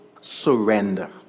surrender